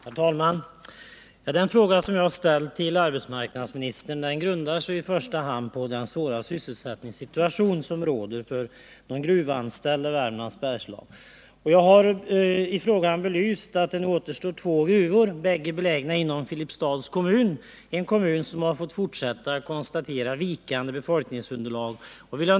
Herr talman! Den fråga som jag har ställt till arbetsmarknadsministern grundar sig i första hand på den svåra sysselsättningssituationen för de gruvanställda i Värmlands bergslag. I min fråga har jag framhållit att det återstår två gruvor, som båda är belägna i Filipstads kommun, en kommun som måste konstatera ett vikande befolkningsunderlag.